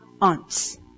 aunts